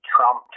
Trump